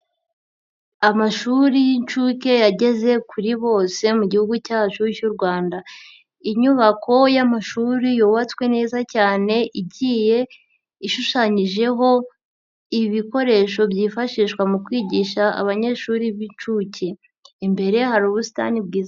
Amashuri y'inshuke yageze kuri bose mu Gihugu cyacu cy'u Rwanda. Inyubako y'amashuri yubatswe neza cyane igiye ishushanyijeho ibikoresho byifashishwa mu kwigisha abanyeshuri b'inshuke, imbere hari ubusitani bwiza.